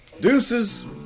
Deuces